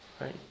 right